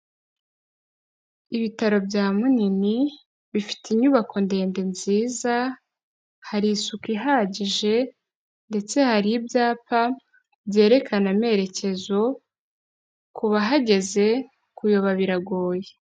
Ibitaro bya Munini bifite inyubako ndende nziza, hari isuku ihagije, ndetse hari ibyapa, byerekana amerekezo ku bahageze kuyoba biragoye.